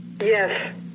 Yes